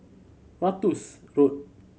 Ratus Road